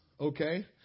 okay